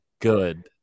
good